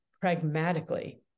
pragmatically